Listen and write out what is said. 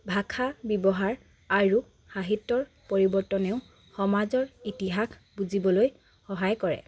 ভাষা ব্যৱহাৰ আৰু সাহিত্যৰ পৰিৱৰ্তনেও সমাজৰ ইতিহাস বুজিবলৈ সহায় কৰে